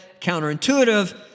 counterintuitive